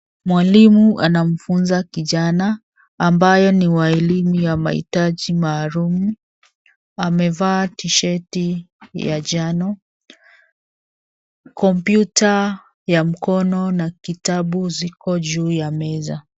Mwalimu anamfunza kijana ambaye ni wa elimu ya mahitaji maalum. Amevaa tisheti ya njano. Kompyuta ya mkono na kitabu ziko juu ya meza.